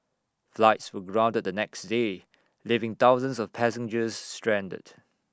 flights were grounded the next day leaving thousands of passengers stranded